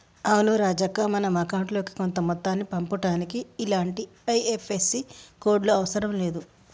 అవును రాజక్క మనం అకౌంట్ లోకి కొంత మొత్తాన్ని పంపుటానికి ఇలాంటి ఐ.ఎఫ్.ఎస్.సి కోడ్లు అవసరం లేదు